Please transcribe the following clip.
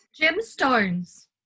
gemstones